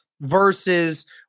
versus